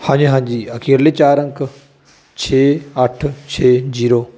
ਹਾਂਜੀ ਹਾਂਜੀ ਅਖੀਰਲੇ ਚਾਰ ਅੰਕ ਛੇ ਅੱਠ ਛੇ ਜੀਰੋ